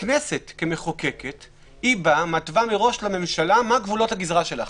הכנסת במחוקקת היא מתווה מראש לממשלה מהן גבולות הגזרה שלה.